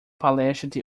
palestra